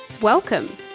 Welcome